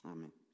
Amen